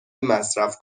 مصرف